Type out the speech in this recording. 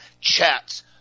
chats